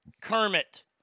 Kermit